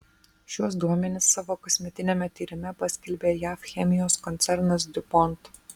šiuos duomenis savo kasmetiniame tyrime paskelbė jav chemijos koncernas diupont